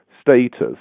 status